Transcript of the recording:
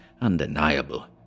undeniable